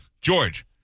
George